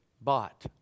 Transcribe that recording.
bought